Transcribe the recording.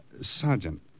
Sergeant